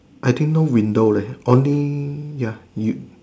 I think no window leh only ya you